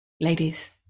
ladies